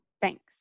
Thanks